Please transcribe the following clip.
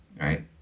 Right